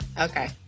Okay